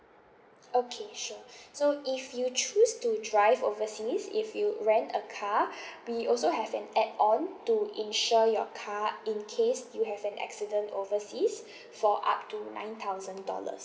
okay sure so if you choose to drive overseas if you rent a car we also have an add on to insure your car in case you have an accident overseas for up to nine thousand dollars